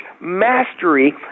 mastery